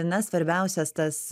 na svarbiausias tas